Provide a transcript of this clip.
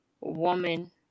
woman